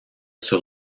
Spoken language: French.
sur